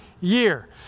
year